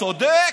צודק.